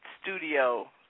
studio